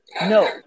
no